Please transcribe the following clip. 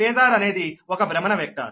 phasor అనేది ఒక భ్రమణ వెక్టర్